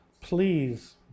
please